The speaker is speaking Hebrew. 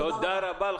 תודה רבה.